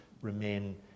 remain